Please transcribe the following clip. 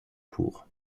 cours